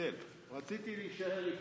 ישיבת סיעה,